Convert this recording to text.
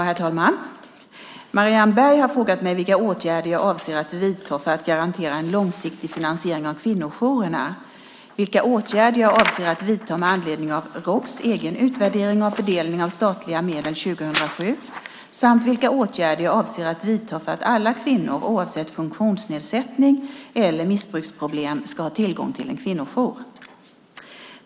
Herr talman! Marianne Berg har frågat mig vilka åtgärder jag avser att vidta för att garantera en långsiktig finansiering av kvinnojourerna, vilka åtgärder jag avser att vidta med anledning av Roks egen utvärdering av fördelning av statliga medel år 2007 samt vilka åtgärder jag avser att vidta för att alla kvinnor, oavsett funktionsnedsättning eller missbruksproblem, ska ha tillgång till en kvinnojour.